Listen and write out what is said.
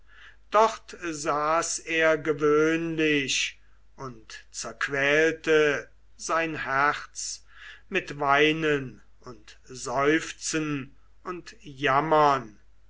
dort saß er gewöhnlich und zerquälte sein herz mit weinen und seufzen und jammern